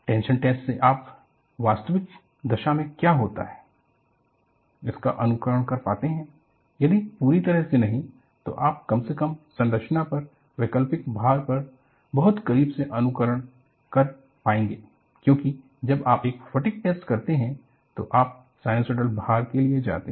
tension test से आप वास्तविक दशा में क्या होता है इसका अनुकरण कर पाते है यदि पूरी तरह से नहीं तो आप कम से कम संरचना पर वैकल्पिक भार का बहुत करीब से अनुकरण देख पाएगे क्योंकि जब आप एक फटिग टेस्ट करते हैं तो आप साइनसॉइडल भार के लिए जाते हैं